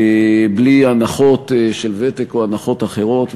בלי הנחות של ותק או הנחות אחרות.